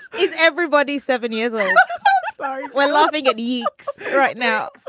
is everybody seven years. like um we're loving it eakes right now.